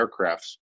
aircrafts